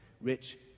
rich